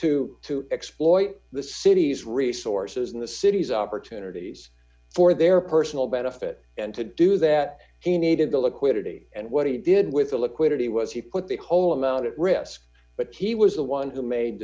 to to exploit the city's resources in the city's opportunities for their personal benefit and to do that d he needed the liquidity and what he did with the liquidity was he put the whole amount at risk but he was the one who made